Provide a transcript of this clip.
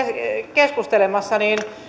keskustelemassa